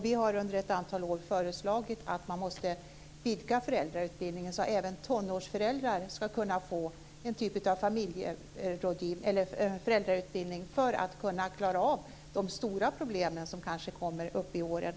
Vi har under ett antal år föreslagit att man måste vidga föräldrautbildningen så att även tonårsföräldrar ska kunna få föräldrautbildning för att klara av de stora problem som kanske kommer.